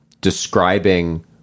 describing